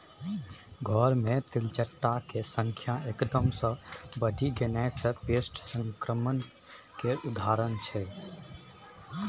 घर मे तेलचट्टा केर संख्या एकदम सँ बढ़ि गेनाइ पेस्ट संक्रमण केर उदाहरण छै